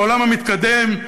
לעולם המתקדם,